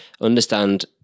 Understand